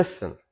listen